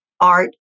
art